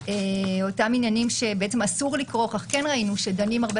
אותם עניינים שבעצם אסור לכרוך אך ראינו שכן דנים בהם הרבה